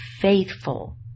faithful